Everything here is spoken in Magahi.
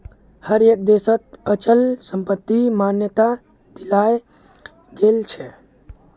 हर एक देशत अचल संपत्तिक मान्यता दियाल गेलछेक